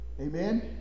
Amen